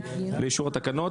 לאישור התקנות.